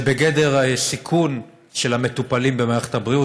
בגדר סיכון של המטופלים במערכת הבריאות.